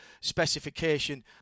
specification